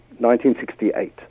1968